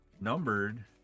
numbered